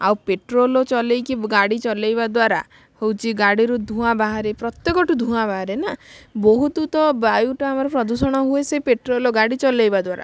ଆଉ ପେଟ୍ରୋଲ ଚଲାଇକି ଗାଡ଼ି ଚଲାଇବା ଦ୍ବାରା ହେଉଛି ଗାଡ଼ିରୁ ଧୂଆଁ ବାହାରେ ପ୍ରତ୍ଯେକ ଠୁ ଧୂଆଁ ବାହାରେ ନା ବହୁତ ତ ବାୟୁ ଟା ଆମର ପ୍ରଦୂଷଣ ହୁଏ ସେ ପେଟ୍ରୋଲ ଗାଡ଼ି ଚଲାଇବା ଦ୍ବାରା